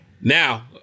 Now